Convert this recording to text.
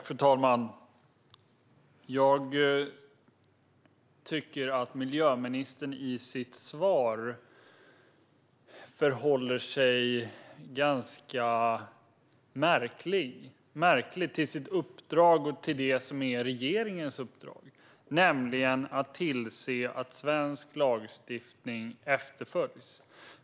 Fru talman! Jag tycker att miljöministern i sitt svar förhåller sig ganska märkligt till sitt och regeringens uppdrag, nämligen att tillse att svensk lagstiftning efterföljs.